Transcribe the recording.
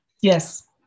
Yes